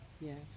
Yes